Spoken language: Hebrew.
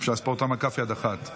אפשר לספור אותם על כף יד אחת.